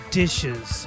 dishes